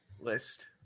list